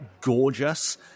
gorgeous